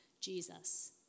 Jesus